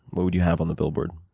what would you have on the billboard?